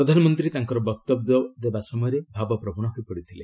ପ୍ରଧାନମନ୍ତ୍ରୀ ତାଙ୍କର ବକ୍ତବ୍ୟ ଦେବା ସମୟରେ ଭାବପ୍ରବଣ ହୋଇପଡ଼ିଥିଲେ